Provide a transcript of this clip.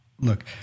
look